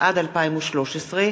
התשע"ד 2013,